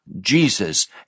Jesus